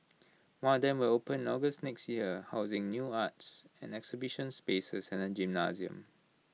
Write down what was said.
one of them will open in August next year housing new arts and exhibition spaces and A gymnasium